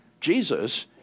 Jesus